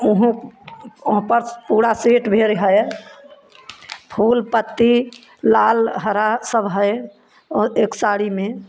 ओहूं वो पर पूरा सेट भी है फूल पत्ती लाल हरा सब है वो एक साड़ी में